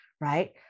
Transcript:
right